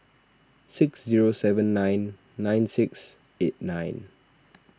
six zero seven nine nine six eight nine